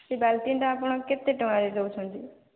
ସେ ଆପଣ କେତେ ଟଙ୍କାରେ ଦେଉଛନ୍ତି